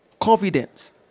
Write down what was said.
Confidence